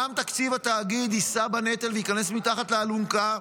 גם תקציב התאגיד יישא בנטל וייכנס מתחת לאלונקה.